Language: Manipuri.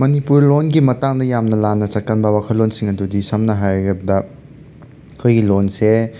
ꯃꯅꯤꯄꯨꯔ ꯂꯣꯟꯒꯤ ꯃꯇꯥꯡꯗ ꯌꯥꯝꯅ ꯂꯥꯟꯅ ꯆꯠꯀꯟꯕ ꯋꯥꯈꯜꯂꯣꯟꯁꯤꯡ ꯑꯗꯨꯗꯤ ꯁꯝꯅ ꯍꯥꯏꯔꯕꯗ ꯑꯩꯈꯣꯏꯒꯤ ꯂꯣꯟꯁꯦ